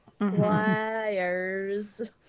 wires